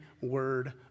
word